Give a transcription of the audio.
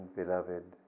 beloved